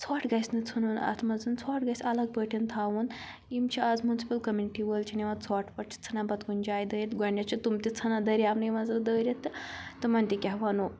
ژھۄٹھ گژھِ نہٕ ژھٕنُن اَتھ منٛز ژھۄٹھ گژھِ اَلَگ پٲٹھۍ تھاوُن یِم چھِ آز مُنسپٕل کٔمنٹی وٲلۍ چھِ نِوان ژھۄٹھ پۄٹھ چھِ ژھٕنان پَتہٕ کُنہِ جایہِ دٲرِتھ گۄڈنٮ۪تھ چھِ تٕم تہِ ژھٕنان دٔریاونٕے منٛز دٲرِتھ تہٕ تِمَن تہِ کیاہ وَنو